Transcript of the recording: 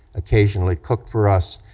occasionally cooked for us,